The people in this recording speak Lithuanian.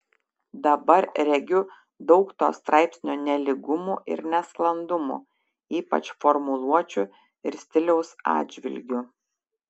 dabar regiu daug to straipsnio nelygumų ir nesklandumų ypač formuluočių ir stiliaus atžvilgiu